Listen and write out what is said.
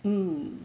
mm